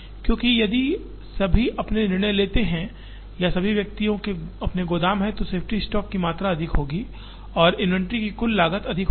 क्योंकि यदि सभी अपने निर्णय लेते हैं या सभी व्यक्तियों के अपने गोदाम हैं तो सेफ्टी स्टॉक की मात्रा अधिक होगी और इन्वेंट्री की कुल लागत अधिक होगी